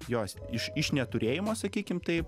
jos iš iš neturėjimo sakykim taip